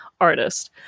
artist